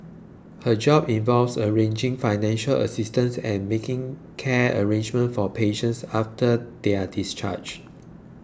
her job involves arranging financial assistance and making care arrangements for patients after they are discharged